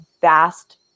vast